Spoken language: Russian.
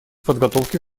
подготовке